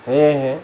সেয়েহে